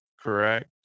correct